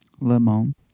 Lemon